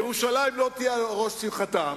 ירושלים לא תהיה על ראש שמחתם,